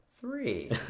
three